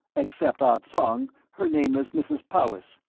except ah tsong, her name is mrs. powis.